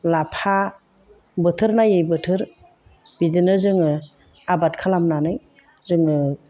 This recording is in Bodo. लाफा बोथोर नायै बोथोर बिदिनो जोङो आबाद खालामनानै जोङो